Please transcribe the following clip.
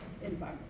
environment